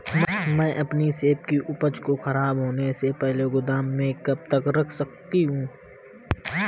मैं अपनी सेब की उपज को ख़राब होने से पहले गोदाम में कब तक रख सकती हूँ?